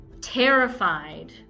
terrified